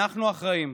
אנחנו אחראים,